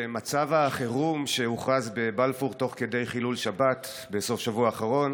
מצב החירום שהוכרז בבלפור תוך כדי חילול שבת בסוף שבוע האחרון